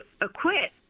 acquit